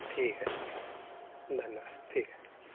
ठीक आहे धन्यवाद ठीक आहे